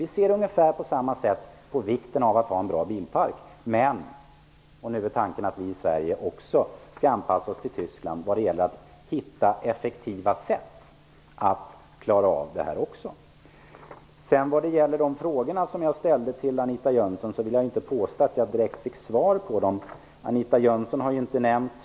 Vi ser ungefär på samma sätt på vikten av att ha en bra bilpark, men nu är tanken att vi i Sverige skall anpassa oss till Tyskland även när det gäller att hitta effektiva metoder för kontrollen. Jag vill inte påstå att jag direkt fick svar på de frågor som jag ställde till Anita Jönsson.